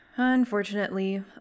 Unfortunately